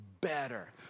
better